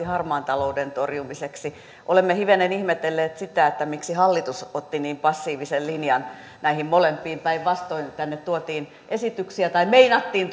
harmaan talouden torjumiseksi olemme hivenen ihmetelleet sitä miksi hallitus otti niin passiivisen linjan näihin molempiin päinvastoin tänne tuotiin esityksiä tai meinattiin